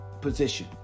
position